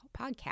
Podcast